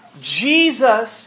Jesus